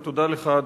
ותודה לך,